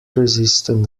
resistant